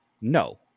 No